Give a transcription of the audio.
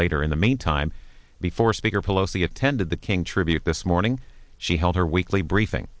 later in the meantime before speaker pelosi attended the king tribute this morning she held her weekly briefing